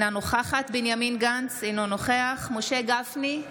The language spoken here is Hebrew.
אינה נוכחת בנימין גנץ, אינו נוכח משה גפני,